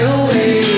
away